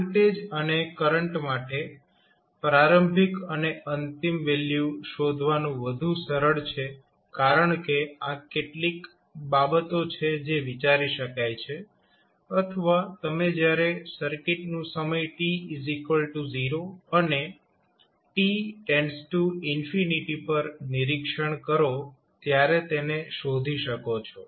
voltage અને current માટે પ્રારંભિક અને અંતિમ વેલ્યુ શોધવાનું વધુ સરળ છે કારણ કે આ કેટલીક બાબતો છે જે વિચારી શકાય છે અથવા તમે જ્યારે સર્કિટનું સમય t0અને t પર નિરીક્ષણ કરો ત્યારે તેને શોધી શકો છો